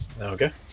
Okay